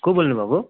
को बोल्नु भएको हो